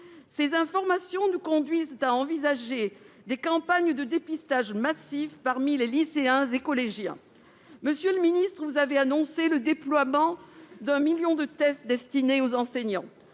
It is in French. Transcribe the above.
Ces informations nous conduisent à envisager des campagnes de dépistage massif parmi les lycéens et collégiens. Monsieur le ministre, vous avez annoncé le déploiement de un million de tests destinés aux enseignants.